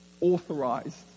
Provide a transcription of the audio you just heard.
authorized